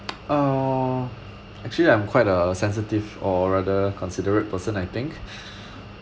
uh actually I'm quite uh sensitive or rather considerate person I think